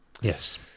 Yes